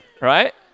right